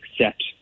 accept